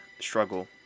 struggle